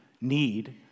need